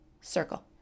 circle